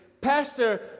Pastor